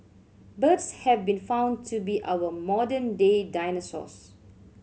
birds have been found to be our modern day dinosaurs